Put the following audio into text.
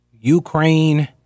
Ukraine